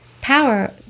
power